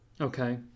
Okay